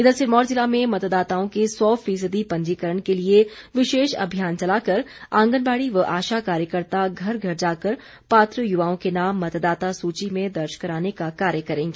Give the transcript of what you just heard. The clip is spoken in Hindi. इधर सिरमौर जिला में मतदाताओं के सौ फीसदी पंजीकरण के लिए विशेष अभियान चलाकर आंगनबाड़ी व आशा कार्यकर्ता घर घर जाकर पात्र युवाओं के नाम मतदाता सूची में दर्ज कराने का कार्य करेंगी